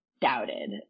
doubted